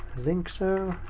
think so.